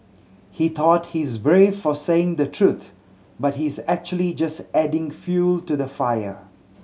he thought he's brave for saying the truth but he's actually just adding fuel to the fire